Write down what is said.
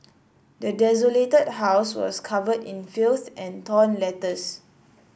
the desolated house was covered in filth and torn letters